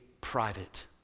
private